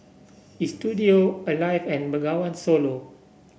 Istudio Alive and Bengawan Solo